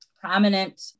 prominent